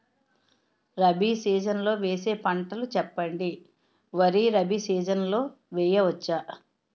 Rabi season లో వేసే పంటలు చెప్పండి? వరి రబీ సీజన్ లో వేయ వచ్చా?